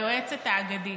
היועצת האגדית,